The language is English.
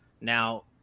now